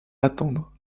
attendre